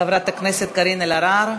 חברת הכנסת קארין אלהרר.